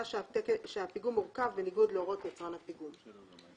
שהפיגום "הורכב בניגוד להוראות יצרן הפיגום".